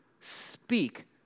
speak